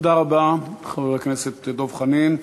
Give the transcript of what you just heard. תודה רבה, חבר הכנסת דב חנין.